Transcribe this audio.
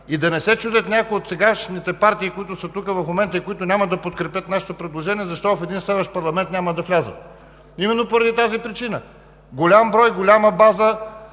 И да не се чудят някои от сегашните партии, които са тук в момента и които няма да подкрепят нашите предложения – защо в един следващ парламент няма да влязат. Именно поради тази причина – голям брой, голяма база,